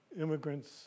immigrants